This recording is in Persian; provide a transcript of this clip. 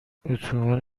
اتوبان